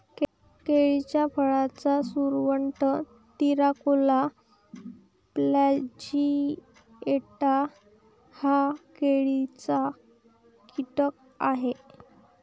केळीच्या फळाचा सुरवंट, तिराकोला प्लॅजिएटा हा केळीचा कीटक आहे